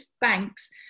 banks